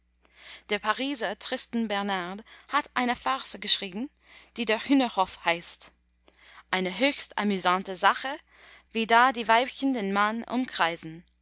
der pariser tristan bernard hat eine farce geschrieben die der hühnerhof heißt eine höchst amüsante sache wie da die weibchen den mann umkreisen